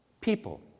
people